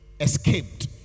escaped